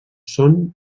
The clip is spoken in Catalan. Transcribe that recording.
són